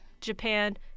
Japan